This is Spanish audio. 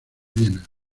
viena